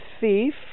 thief